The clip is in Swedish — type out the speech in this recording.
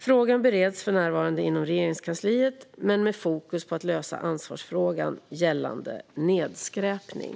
Frågan bereds för närvarande inom Regeringskansliet men med fokus på att lösa ansvarsfrågan gällande nedskräpning.